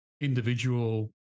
individual